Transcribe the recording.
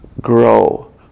grow